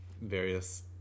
various